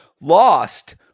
Lost